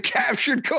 captured